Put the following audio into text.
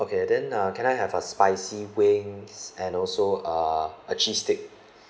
okay then uh can I have a spicy wings and also uh a cheese sticks